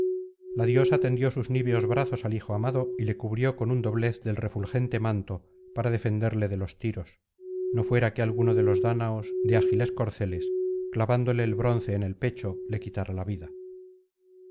la diosa tendió sus niveos brazos al hijo amado y le cubrió con un doblez del refulgente manto para defenderle de los tiros no fuera que alguno de los dáñaos de ágiles corceles clavándole el bronce en el pecho le quitara la vida